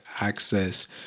access